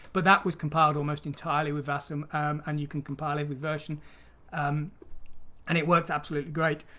but that was compiled almost entirely with vasm um and you can compile every version um and it works absolutely great!